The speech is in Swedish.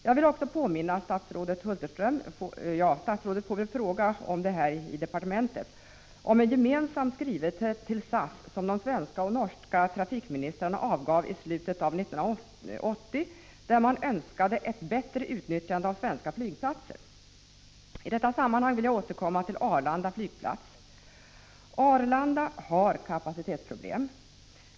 Jag vill påminna statsrådet Hulterström om en gemensam skrivelse till SAS som de svenska och norska trafikministrarna avgav i slutet av 1980 med en önskan om ett bättre utnyttjande av svenska flygplatser. I detta sammanhang vill jag återkomma till Arlanda flygplats. Arlanda har kapacitetsproblem.